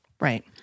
Right